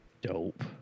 dope